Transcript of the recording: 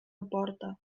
emporta